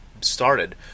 started